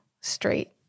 straight